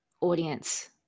audience